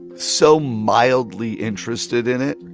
so mildly interested in it.